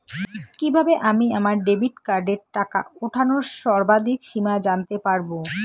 কিভাবে আমি আমার ডেবিট কার্ডের টাকা ওঠানোর সর্বাধিক সীমা জানতে পারব?